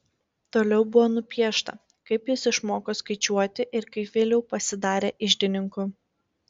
toliau buvo nupiešta kaip jis išmoko skaičiuoti ir kaip vėliau pasidarė iždininku